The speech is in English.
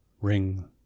ring